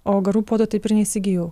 o garų puodo taip ir neįsigijau